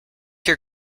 your